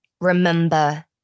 Remember